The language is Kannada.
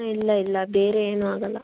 ಇಲ್ಲ ಇಲ್ಲ ಬೇರೆ ಏನೂ ಆಗಲ್ಲ